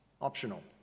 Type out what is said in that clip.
optional